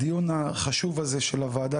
הדיון החשוב הזה של הוועדה,